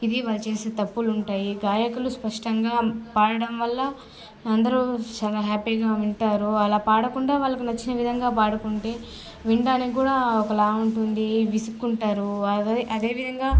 ఇది వాళ్ళు చేసే తప్పులు ఉంటాయి గాయకులూ స్పష్టంగా పాడడం వల్ల అందరూ చాలా హ్యాపీగా వింటారు అలా పాడకుండా వాళ్లకు నచ్చిన విధంగా పాడుకుంటే వినడానికి కూడా ఒకలా ఉంటుంది విసుకుంటారు అదే అదేవిధంగా